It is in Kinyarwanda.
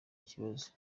ikibazo